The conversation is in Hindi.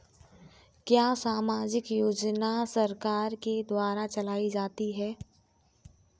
क्या सामाजिक योजना सरकार के द्वारा चलाई जाती है?